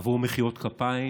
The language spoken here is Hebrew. עבור מחיאות כפיים?